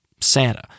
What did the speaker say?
Santa